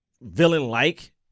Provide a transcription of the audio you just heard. villain-like